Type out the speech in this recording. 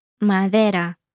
madera